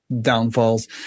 downfalls